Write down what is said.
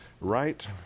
right